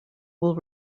will